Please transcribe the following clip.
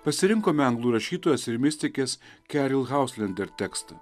pasirinkome anglų rašytojos ir mistikės keril hauslender tekstą